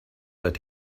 let